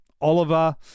Oliver